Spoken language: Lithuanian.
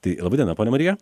tai laba diena ponia marija